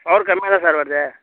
power கம்மியாக தான் sir வருது